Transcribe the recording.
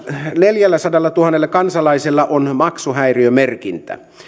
neljälläsadallatuhannella kansalaisella on maksuhäiriömerkintä